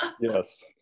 Yes